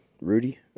Rudy